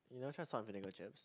you never try salt and vinegar chips